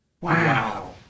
Wow